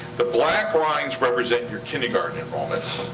the black lines represent your kindergarten enrollment.